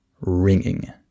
ringing